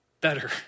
better